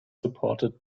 supported